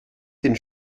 den